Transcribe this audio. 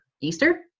Easter